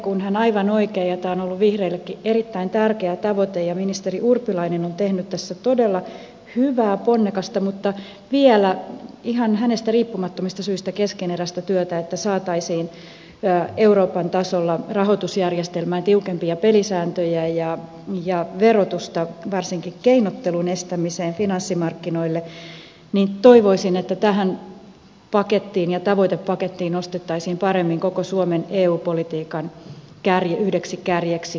kun ministeri urpilainen aivan oikein esitti ja tämä on ollut vihreillekin erittäin tärkeä tavoite ja ministeri urpilainen on tehnyt tässä todella hyvää ponnekasta mutta vielä ihan hänestä riippumattomista syistä keskeneräistä työtä että saataisiin euroopan tasolla rahoitusjärjestelmään tiukempia pelisääntöjä ja verotusta varsinkin keinottelun estämiseen finanssimarkkinoille samalla tavalla toivoisin että tähän pakettiin ja tavoitepakettiin nostettaisiin paremmin koko suomen eu politiikan yhdeksi kärjeksi korruption torjunta